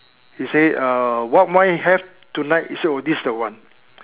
she say uh what wine you have tonight he say oh this is the one